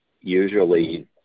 usually